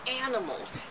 animals